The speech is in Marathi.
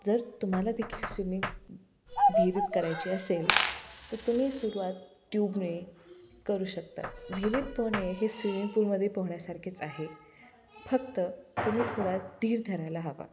जर तुम्हाला देखील स्विमिंग विहिरीत करायची असेल तर तुम्ही सुरवात ट्यूबने करू शकताात विहिरीत पोहणे हे स्विमिंग पूलमध्ये पोहण्यासारखेच आहे फक्त तुम्ही थोडा धीर धरायला हवा